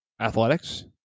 athletics